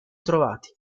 trovati